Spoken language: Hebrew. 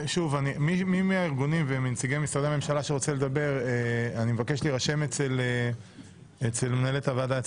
אבקש מהארגונים או ממשרדי הממשלה שרוצים לדבר להירשם אצל מנהלת הוועדה.